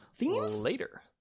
later